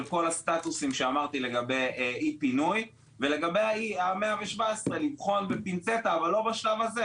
שאמרתי לגבי אי פינוי ולגבי ה-117 לבחון בפינצטה אבל לא בשלב הזה,